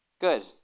good